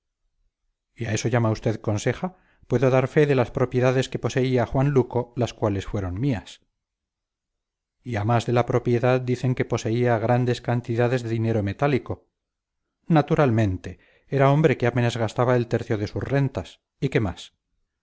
a eso llama usted conseja puedo dar fe de las propiedades que poseía juan luco las cuales fueron mías y a más de la propiedad dicen que poseía grandes cantidades de dinero metálico naturalmente era hombre que apenas gastaba el tercio de sus rentas y qué más